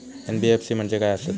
NBFC म्हणजे खाय आसत?